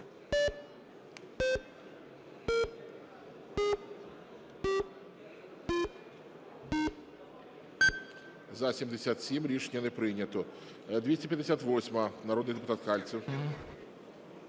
За-77 Рішення не прийнято. 258-а. Народний депутат Кальцев.